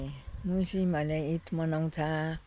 मुस्लिमहरूले इद मनाउँछ